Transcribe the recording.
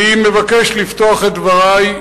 אני מבקש לפתוח את דברי,